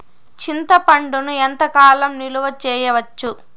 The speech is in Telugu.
చింతపండును ఎంత కాలం నిలువ చేయవచ్చు?